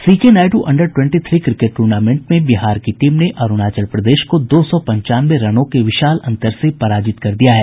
C K Nayudu under twenty three cricket tournament में बिहार की team ने अरूणाचल प्रदेश को दो सौ पंचानवे रनों के विशाल अंतर से पराजित कर दिया है